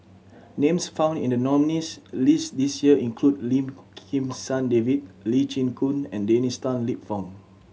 names found in the nominees' list this year include Lim Kim San David Lee Chin Koon and Dennis Tan Lip Fong